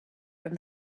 from